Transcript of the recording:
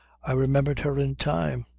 i remembered her in time.